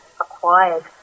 acquired